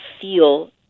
feel